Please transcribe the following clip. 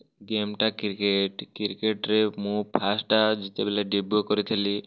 game ଟା cricket କ୍ରିକେଟ୍ରେ ମୁଁ ଫାର୍ଷ୍ଟ୍ଟା ଯେତେବେଲେ ଡେବ୍ୟୁ କରିଥିଲି